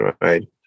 right